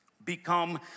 become